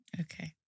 okay